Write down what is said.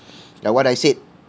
like what I said